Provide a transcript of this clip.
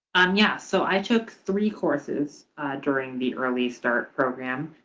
um yeah. so i took three courses during the early start program.